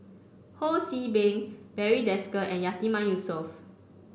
Ho See Beng Barry Desker and Yatiman Yusof